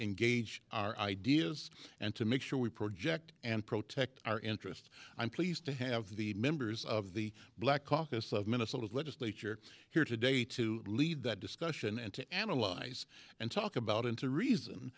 engage our ideas and to make sure we project and protect our interests i'm pleased to have the members of the black caucus of minnesota's legislature here today to lead that discussion and to analyze and talk about into rea